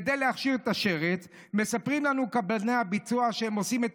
כדי להכשיר את השרץ מספרים לנו קבלני הביצוע שהם עושים את